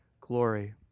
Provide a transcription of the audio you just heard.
glory